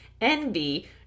envy